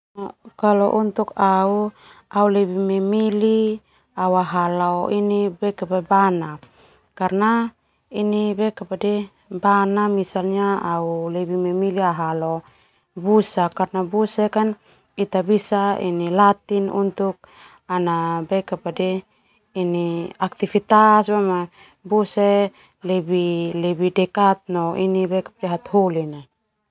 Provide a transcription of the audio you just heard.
Au lebih memilih au ahala o bana busa karna busa ia ita bisa latih untuk ana aktivitas karna busa lebih dekat no hataholi na.